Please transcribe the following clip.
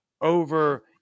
over